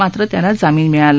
मात्र त्याला जामीन मिळाला